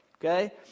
Okay